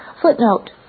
Footnote